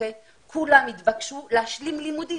כולם התבקשו להשלים לימודים.